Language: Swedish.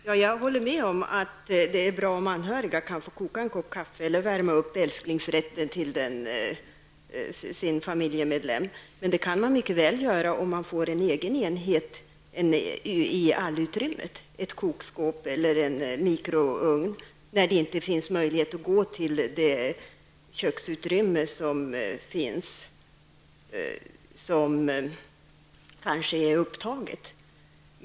Herr talman! Jag håller med om att det är bra om anhöriga kan få koka en kopp kaffe eller värma upp älsklingsrätten åt sin familjemedlem, men det kan man mycket väl göra om man får en egen enhet i allutrymmet, ett kokskåp eller en mikrougn, om det inte finns möjlighet att gå till köksutrymmet som kanske är upptaget.